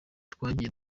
twagiye